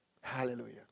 Hallelujah